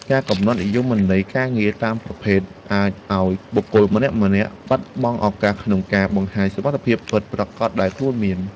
ការកំណត់និយមន័យការងារតាមភេទអាចធ្វើឱ្យបុគ្គលម្នាក់ៗបាត់បង់ឱកាសក្នុងការបង្ហាញសមត្ថភាពពិតប្រាកដដែលខ្លួនមាន។